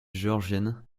géorgienne